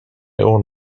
own